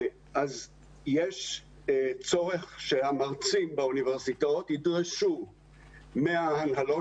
יש צורך שהמרצים באוניברסיטאות ידרשו מההנהלות